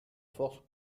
forces